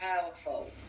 powerful